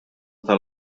tal